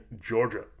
Georgia